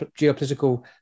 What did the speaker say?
geopolitical